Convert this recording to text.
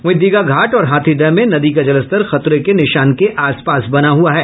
वहीं दीघा घाट और हाथीदह में नदी का जलस्तर खतरे के निशान के आसपास बना हुआ है